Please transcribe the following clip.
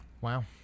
Wow